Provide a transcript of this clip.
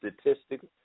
statistics